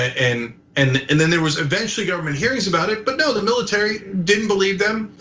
and and and then there was eventually government hearings about it but no the military didn't believe them.